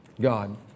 God